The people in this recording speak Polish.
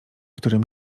którym